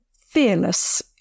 fearless